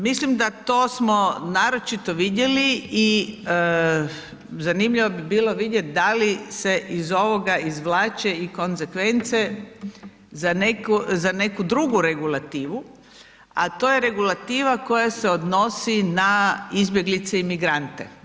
Mislim da to smo naročito vidjeli i zanimljivo bi bilo vidjeti da li se iz ovoga izvlače i konsekvence za neku drugu regulativu, a to je regulativa koja se odnosi na izbjeglice i migrante.